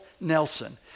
Nelson